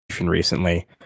recently